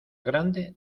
grande